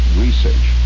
research